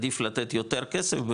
עדיף לתת יותר כסף,